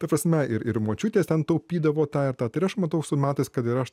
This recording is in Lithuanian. ta prasme ir ir močiutės ten taupydavo tą ir tą tai ir aš matau su metais kad ir aš